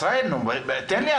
ישראל תן לי,